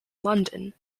london